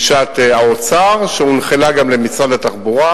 גישת האוצר שהונחלה גם למשרד התחבורה.